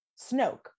Snoke